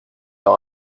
leur